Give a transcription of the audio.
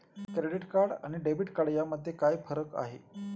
Credit card आणि debit card यामध्ये काय फरक आहे?